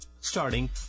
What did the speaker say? Starting